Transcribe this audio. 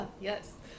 Yes